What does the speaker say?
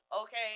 Okay